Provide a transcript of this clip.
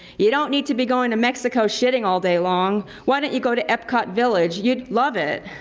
you don't need to be going to mexico shitting all day long. why don't you go to epcot village? you'd love it.